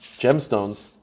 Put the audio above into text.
gemstones